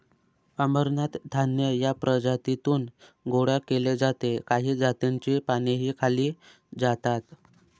अमरनाथ धान्य या प्रजातीतून गोळा केले जाते काही जातींची पानेही खाल्ली जातात